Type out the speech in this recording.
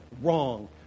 wrong